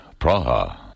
Praha